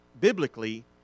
biblically